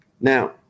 Now